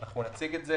אנחנו נציג את זה